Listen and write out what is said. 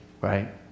right